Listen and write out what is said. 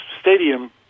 stadium